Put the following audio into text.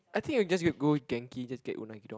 I think I'm just gonna go Genki just get unagi-don